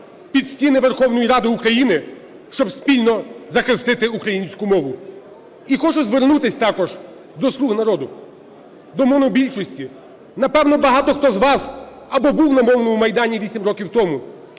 під стіни Верховної Ради України, щоб спільно захистити українську мову. І хочу звернутись також до "слуг народу", до монобільшості. Напевно, багато хто з вас або був на Мовному майдані 8 років тому,